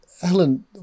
Helen